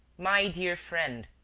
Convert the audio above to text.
my dear friend,